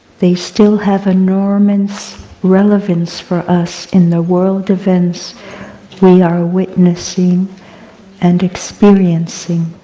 they still have enormous relevance for us in the world events we are witnessing and experiencing.